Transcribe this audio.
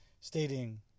stating